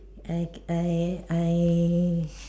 I I I